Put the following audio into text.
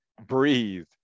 breathe